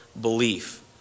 belief